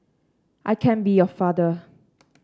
I can be your father